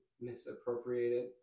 misappropriated